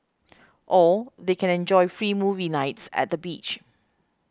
or they can enjoy free movie nights at the beach